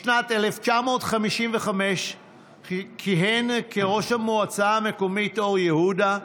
בשנת 1955 כיהן כראש המועצה המקומית אור יהודה,